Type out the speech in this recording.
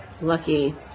Lucky